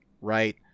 right